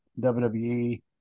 wwe